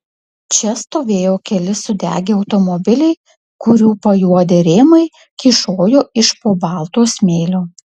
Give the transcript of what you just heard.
čia stovėjo keli sudegę automobiliai kurių pajuodę rėmai kyšojo iš po balto smėlio